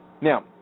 Now